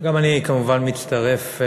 גם אני כמובן מצטרף,